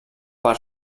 per